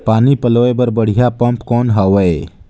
पानी पलोय बर बढ़िया पम्प कौन हवय?